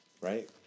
right